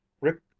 rick